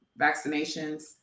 vaccinations